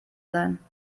sein